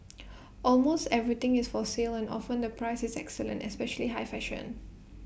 almost everything is for sale and often the price is excellent especially high fashion